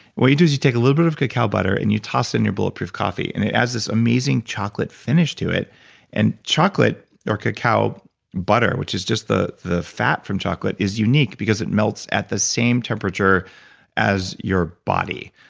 what you do is you take a little bit of cacao butter and you toss it in your bulletproof coffee, and it adds this amazing chocolate finish to it and chocolate, or cacao butter, which is just the the fat from chocolate, is unique because it melts at the same temperature as your body.